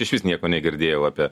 išvis nieko negirdėjau apie